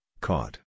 caught